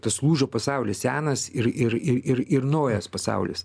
tas lūžio pasaulis senas ir ir ir ir ir naujas pasaulis